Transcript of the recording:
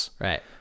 Right